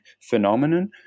phenomenon